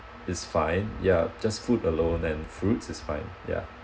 is fine ya just food alone and fruits is fine ya